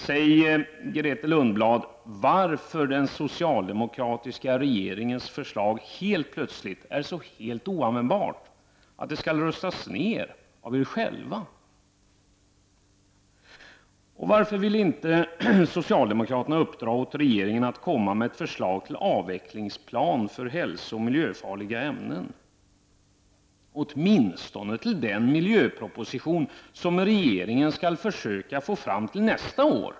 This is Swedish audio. Säg, Grethe Lundblad, varför är den socialdemokratiska regeringens förslag helt plötsligt så helt oanvändbart att det skall röstas ned av er själva? Varför vill inte socialdemokraterna uppdra åt regeringen att komma med ett förslag till avvecklingsplan för hälsooch miljöfarliga ämnen — åtminstone till den miljöproposition som regeringen skall försöka få fram till nästa år?